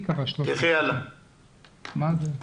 יש.